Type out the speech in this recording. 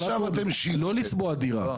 לא לצבוע דירה.